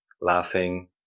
laughing